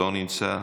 לא נמצא.